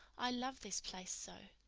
i love this place so.